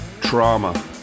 trauma